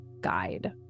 guide